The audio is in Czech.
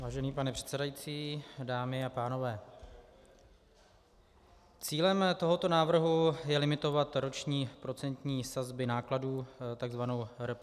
Vážený pane předsedající, dámy a pánové, cílem tohoto návrhu je limitovat roční procentní sazby nákladů, takzvanou RPSN.